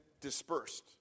dispersed